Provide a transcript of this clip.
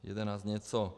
Jedenáct něco.